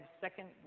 second